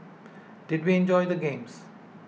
did we enjoy the games